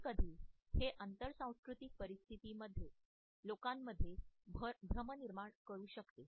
कधीकधी हे आंतरसांस्कृतिक परिस्थितीत लोकांमध्ये भ्रम निर्माण करू शकते